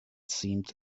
seemed